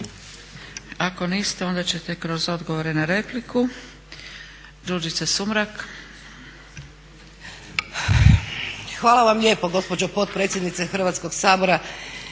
Ako niste, onda ćete kroz odgovore na repliku.